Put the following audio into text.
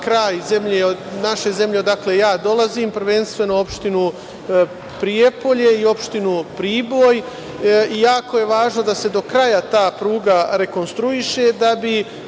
kraj naše zemlje, odakle dolazim, prvenstveno opštinu Prijepolje i opštinu Priboj. Jako je važno da se do kraja ta pruga rekonstruiše da bi